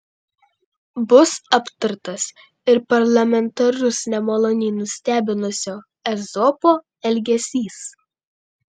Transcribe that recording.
bus aptartas ir parlamentarus nemaloniai nustebinusio ezopo elgesys